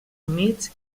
humits